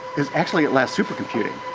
there's actually at last supercomputing,